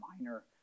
minor